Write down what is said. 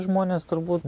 žmonės turbūt